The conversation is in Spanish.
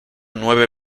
nueve